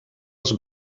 els